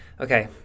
okay